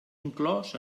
inclòs